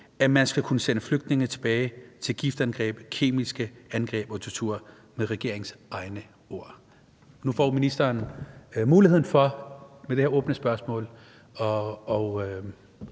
at man skal kunne sende flygtninge tilbage til giftangreb, kemiske angreb og tortur, med regeringens egne ord? Nu får ministeren mulighed for med det her åbne spørgsmål at